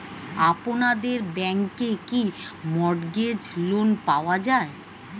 আপনাদের ব্যাংকে কি মর্টগেজ লোন পাওয়া যায়?